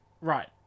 Right